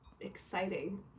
exciting